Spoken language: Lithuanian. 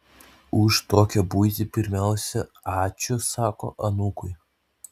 už tokią buitį pirmiausia ačiū sako anūkui